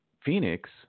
Phoenix